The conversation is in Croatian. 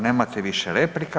Nemate više replika.